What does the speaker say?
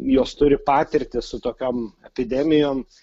jos turi patirtį su tokiom epidemijom